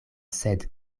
sed